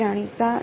જાણીતા છે